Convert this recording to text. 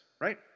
right